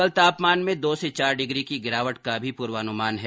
कल तापमान में दो से चार डिग्री की गिरावट का भी पूर्वानुमान है